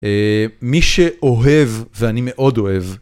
מי שאוהב ואני מאוד אוהב